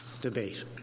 debate